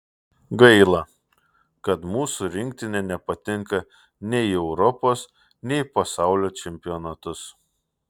gaila kad mūsų rinktinė nepatenka nei į europos nei į pasaulio čempionatus